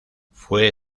fue